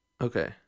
okay